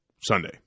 Sunday